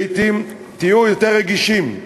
לעתים תהיו יותר רגישים.